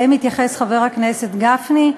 שאליהם התייחס חבר הכנסת גפני,